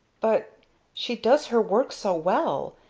but she does her work so well!